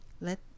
Let